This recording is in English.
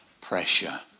pressure